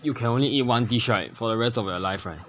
you can only eat one dish right for the rest of your life right